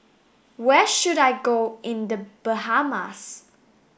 where should I go in The Bahamas